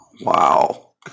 Wow